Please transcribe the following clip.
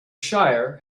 shire